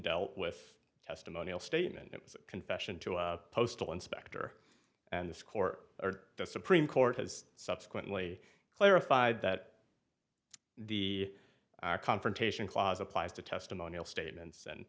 dealt with testimonial statement a confession to a postal inspector and the score or the supreme court has subsequently clarified that the our confrontation clause applies to testimonial statements and